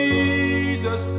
Jesus